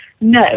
No